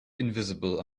invisible